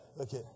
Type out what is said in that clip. Okay